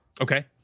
Okay